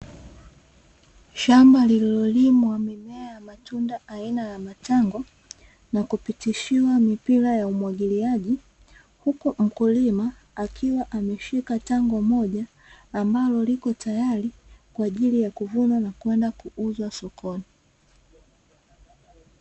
Shamba lililolimwa mimea ya matunda aina ya matango, na kupitishiwa mipira ya umwagiliaji huku mkulima akiwa ameshika tango moja, ambalo liko tayari kwa ajili ya kuvunwa na kwenda sokoni.